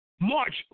march